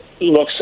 looks